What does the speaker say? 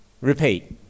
Repeat